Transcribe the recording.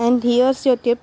and here is your tip